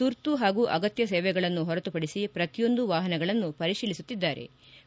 ತುರ್ತು ಹಾಗೂ ಅಗತ್ಯ ಸೇವೆಗಳನ್ನು ಹೊರತುಪಡಿಸಿ ಪ್ರತಿಯೊಂದು ವಾಹನಗಳನ್ನು ಪರಿಶೀಲಿಸುತ್ತಿದ್ಗಾರೆ